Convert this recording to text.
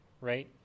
Right